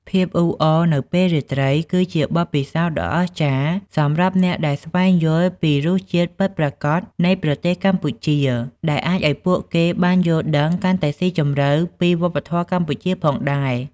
ភាពអ៊ូអរនៅពេលរាត្រី គឺជាបទពិសោធន៍ដ៏អស្ចារ្យសម្រាប់អ្នកដែលស្វែងយល់ពីរសជាតិពិតប្រាកដនៃប្រទេសកម្ពុជា ដែលអាចឱ្យពួកគេបានយល់ដឹងកាន់តែស៊ីជម្រៅពីវប្បធម៏កម្ពុជាផងដែរ